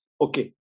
Okay